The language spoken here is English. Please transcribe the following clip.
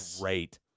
great